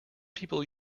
people